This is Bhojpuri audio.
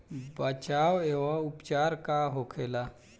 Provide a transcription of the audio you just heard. बचाव व उपचार का होखेला?